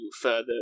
further